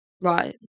Right